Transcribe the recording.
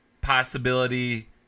possibility